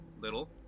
little